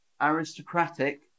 aristocratic